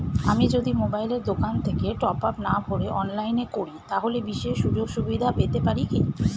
আমি যদি মোবাইলের দোকান থেকে টপআপ না ভরে অনলাইনে করি তাহলে বিশেষ সুযোগসুবিধা পেতে পারি কি?